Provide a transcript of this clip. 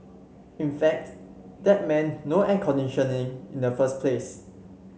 in fact that meant no air conditioning in the first place